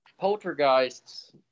Poltergeists